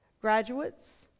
Graduates